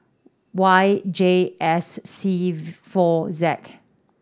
Y J S C four Z